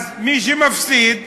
אז מי שמפסיד,